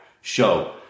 show